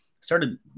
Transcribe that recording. started